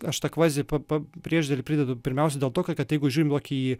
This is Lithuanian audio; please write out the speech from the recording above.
aš tą kvazi pa pa priešdėlį pridedu pirmiausia dėl to kad jeigu žiūrim tokį